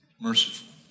merciful